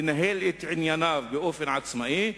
לנהל את ענייניו באופן עצמאי,